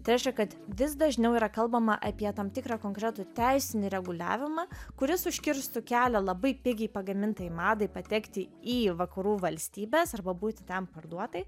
tai reiškia kad vis dažniau yra kalbama apie tam tikrą konkretų teisinį reguliavimą kuris užkirstų kelią labai pigiai pagamintai madai patekti į vakarų valstybes arba būti ten parduotai